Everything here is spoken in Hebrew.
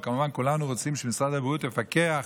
וכמובן שכולנו רוצים שמשרד הבריאות יפקח